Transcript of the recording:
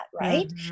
right